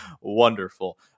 wonderful